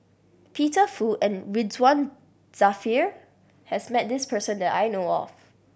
Peter Fu and Ridzwan Dzafir has met this person that I know of